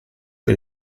che